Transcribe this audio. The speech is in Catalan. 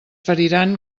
feriran